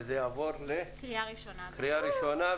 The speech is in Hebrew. וזה יעבור לקריאה ראשונה,